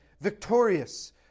victorious